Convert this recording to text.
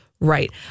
Right